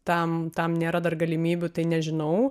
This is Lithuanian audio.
tam tam nėra dar galimybių tai nežinau